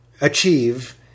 Achieve